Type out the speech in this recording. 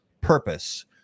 purpose